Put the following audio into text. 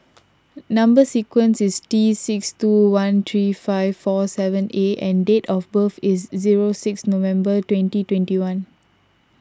Number Sequence is T six two one three five four seven A and date of birth is zero six November twenty twenty one